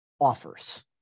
offers